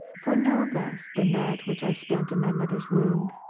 for no less than that which i spent in my mother's womb,